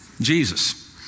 Jesus